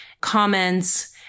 comments